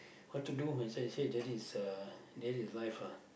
what to do I say that is uh that is life lah